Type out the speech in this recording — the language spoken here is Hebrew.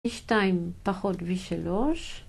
ו-2 פחות ו-3